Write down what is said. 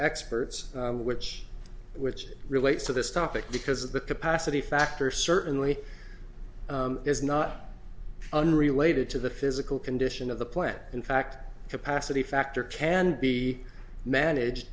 experts which which relates to this topic because the capacity factor certainly is not unrelated to the physical condition of the plant in fact capacity factor can be managed